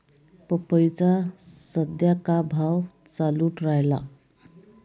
पपईचा सद्या का भाव चालून रायला?